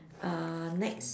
uh next